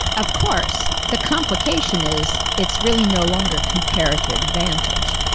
of course. the complication is, it's really no longer comparative advantage.